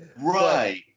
right